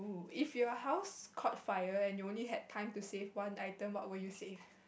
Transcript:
if your house caught fire and you only had time to save one item what will you save